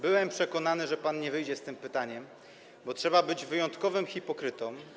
Byłem przekonany, że pan nie wyjdzie z tym pytaniem, bo trzeba być wyjątkowym hipokrytą.